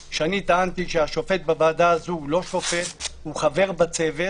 שטענתי שהשופט בוועדה הזאת אינו שופט הוא חבר בצוות,